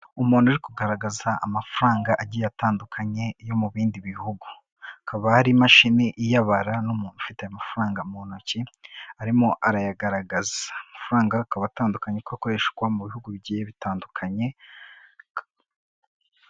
Umuntu uri kugaragaza amafaranga agiye atandukanye, yo mu bindi bihugu. Hakaba hari imashini iyabara n'umuntu ufite amafaranga mu ntoki, arimo arayagaragaza, amafaranga akaba atandukanye, ko akoreshwa mu bihugu bigiye bitandukanye.